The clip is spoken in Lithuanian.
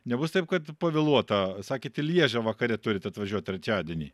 nebus taip kad pavėluota sakėt į lježą vakare turit atvažiuot trečiadienį